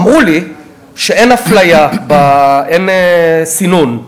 אמרו לי שאין אפליה, אין סינון,